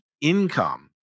income